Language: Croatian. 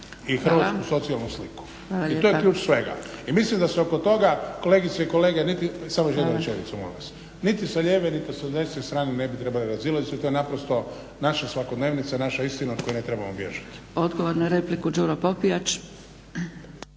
i hrvatsku socijalnu sliku. I to je ključ svega. I mislim da se oko toga kolegice i kolege niti, samo još jednu rečenicu molim vas, niti sa lijeve niti sa desne strane ne bi trebali razilaziti jer to je naprosto naša svakodnevnica, naša istina od koje ne trebamo bježati. **Zgrebec, Dragica